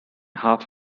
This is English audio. half